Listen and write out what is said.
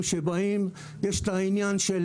את העניין של